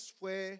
fue